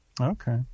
Okay